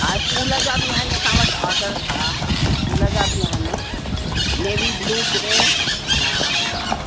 हा स्कूल जा बि आहिनि असां वटि ऑर्डर हा हा स्कूल जा बि आहिनि नेवी ब्लू ग्रे हा हा